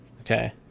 Okay